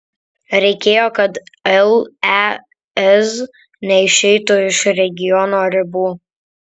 reikėjo kad lez neišeitų iš regiono ribų